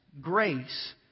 grace